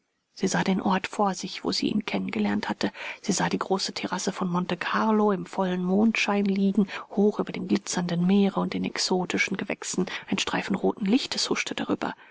sie sah den ort vor sich wo sie ihn kennen gelernt hatte sie sah die große terrasse von monte carlo im vollen mondschein liegen hoch über dem glitzernden meere und den exotischen gewächsen ein streifen roten lichtes huschte darüber